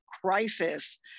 crisis